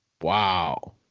Wow